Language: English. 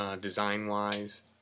design-wise